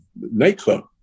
nightclub